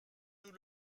nous